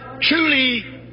truly